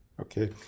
Okay